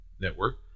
network